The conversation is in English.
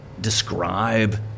describe